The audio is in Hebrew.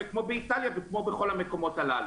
כמו באיטליה וכמו בכל המקומות הללו.